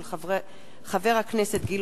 מאת חברי הכנסת ישראל